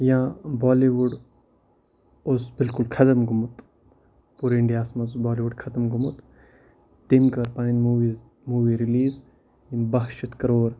یا Bollywood اوس بالکل ختم گوٚمُت پوٗرٕ اِنڈیاہَس منٛز بالہِ وُڈ ختم گوٚمُت تٔمۍ کٔر پَنٕنۍ موٗوِیٖز موٗوِی رِلیٖز ییٚمۍ بَہہ شیٚتھ کَرور